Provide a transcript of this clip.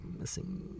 missing